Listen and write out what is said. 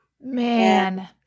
man